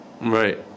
Right